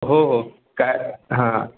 हो हो काय हां